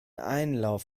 einlauf